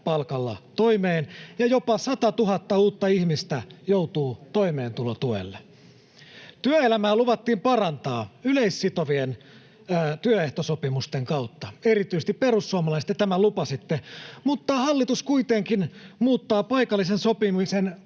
palkalla toimeen ja jopa 100 000 uutta ihmistä joutuu toimeentulotuelle. Työelämää luvattiin parantaa yleissitovien työehtosopimusten kautta — erityisesti te, perussuomalaiset, tämän lupasitte. Mutta hallitus kuitenkin muuttaa paikallisen sopimisen